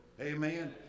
Amen